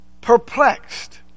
perplexed